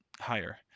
higher